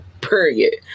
period